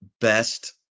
best